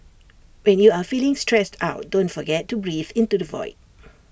when you are feeling stressed out don't forget to breathe into the void